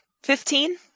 Fifteen